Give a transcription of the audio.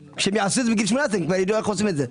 כשהם יעשו את זה בגיל 18 הם כבר ידעו איך עושים את זה.